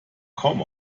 kaum